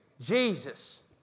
Jesus